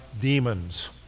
demons